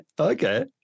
okay